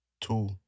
Two